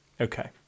Okay